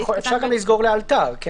אפשר גם לסגור לאלתר.